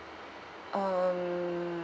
um